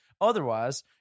Otherwise